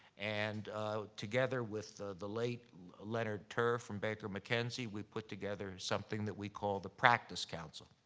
and together with the the late leonard terr from baker mckenzie, we put together something that we call the practice council.